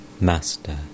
Master